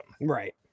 Right